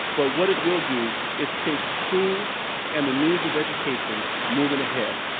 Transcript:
but what it will do is keep schools and the means of education moving ahead.